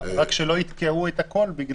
רק שלא יתקעו הכול.